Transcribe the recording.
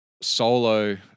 solo